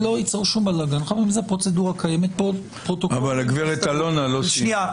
אבל הגברת אלונה לא סיימה.